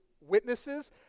witnesses